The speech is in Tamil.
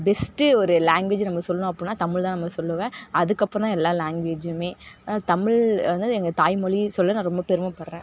பெஸ்ட்டு ஒரு லாங்வேஜ் நம்ம சொல்லணும் அப்புடின்னா தமிழ்தான் நான் வந்து சொல்லுவேன் அதுக்கப்பறம் தான் எல்லா லாங்வேஜும் தமிழ் வந்து எங்கள் தாய் மொழின்னு சொல்ல நான் ரொம்ப பெருமைப்பட்றேன்